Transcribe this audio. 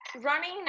running